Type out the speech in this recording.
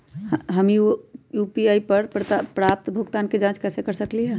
हम यू.पी.आई पर प्राप्त भुगतान के जाँच कैसे कर सकली ह?